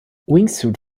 wingsuit